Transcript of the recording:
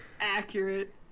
Accurate